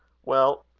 well,